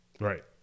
Right